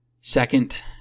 Second